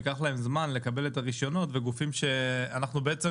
יקח להם זמן לקבל את הרישיונות ואנחנו יוצרים בעצם